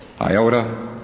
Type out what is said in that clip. iota